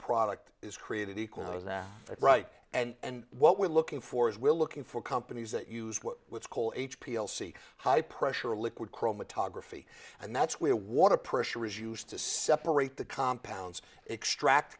product is created equal that is that right and what we're looking for is we're looking for companies that use what's called h p l c high pressure liquid chromatography and that's where water pressure is used to separate the compound extract